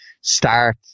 start